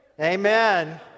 amen